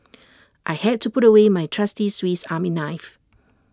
I had to put away my trusty Swiss army knife